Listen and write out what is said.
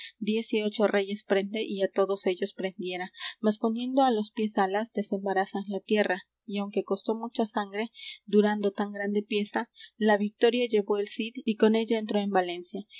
ocho reyes prende y á todos ellos prendiera mas poniendo á los piés alas desembarazan la tierra y aunque costó mucha sangre durando tan grande pieza la victoria llevó el cid y con ella entró en valencia